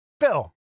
Phil